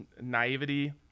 naivety